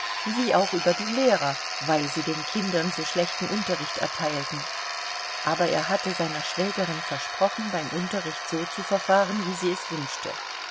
wie auch über die lehrer weil sie den kindern so schlechten unterricht erteilten aber er hatte seiner schwägerin versprochen beim unterricht so zu verfahren wie sie es wünschte